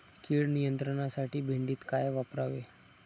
कीड नियंत्रणासाठी भेंडीत काय वापरावे?